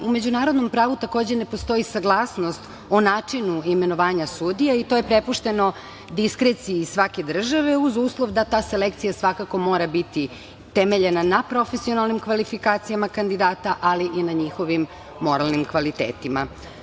U međunarodnom pravu, takođe, ne postoji saglasnost o načinu i imenovanju sudija i to je prepušteno diskreciji svake države, uz uslov da ta selekcija svakako mora biti temeljena na profesionalnim kvalifikacijama kandidata, ali i na njihovim moralnim kvalitetima.